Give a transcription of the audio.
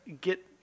get